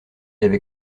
avait